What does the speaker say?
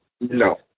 No